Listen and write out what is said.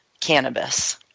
cannabis